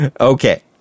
okay